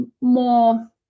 more